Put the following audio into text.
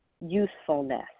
usefulness